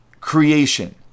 creation